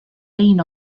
been